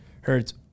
Hurts